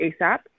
ASAP